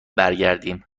برگردیم